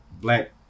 black